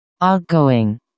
outgoing